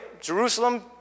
Jerusalem